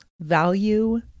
value